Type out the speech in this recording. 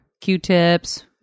Q-tips